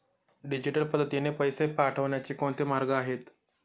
Digital पद्धतीने पैसे पाठवण्याचे कोणते मार्ग आहेत?